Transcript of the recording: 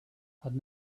had